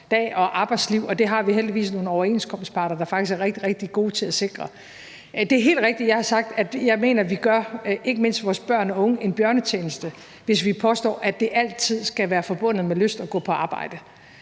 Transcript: og arbejdsliv. Det har vi heldigvis nogle overenskomstparter, der faktisk er rigtig, rigtig gode til at sikre. Det er helt rigtigt, at jeg har sagt, at jeg mener, at vi gør ikke mindst vores børn og unge en bjørnetjeneste, hvis vi påstår, at det altid skal være forbundet med lyst at gå på arbejde.